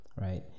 right